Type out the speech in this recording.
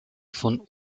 von